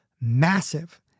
massive